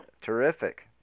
Terrific